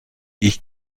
ich